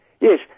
Yes